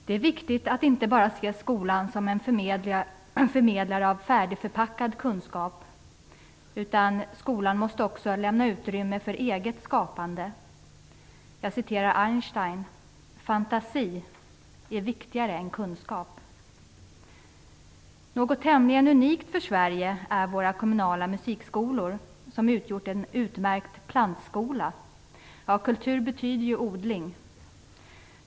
Det är viktigt att inte bara se skolan som en förmedlare av färdigförpackad kunskap. Skolan måste också lämna utrymme för eget skapande. Jag citerar Einstein: "Fantasi är viktigare än kunskap". Något tämligen unikt för Sverige är våra kommunala musikskolor. De har utgjort en utmärkt plantskola - kultur betyder ju odling.